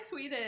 tweeted